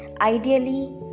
Ideally